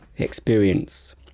experience